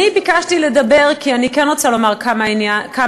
אני ביקשתי לדבר כי אני כן רוצה לומר כמה מילים